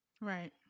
Right